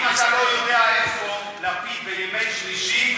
אם אתה לא יודע איפה לפיד בימי שלישי,